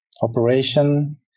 operation